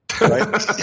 Right